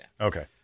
Okay